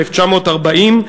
1940,